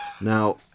Now